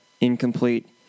incomplete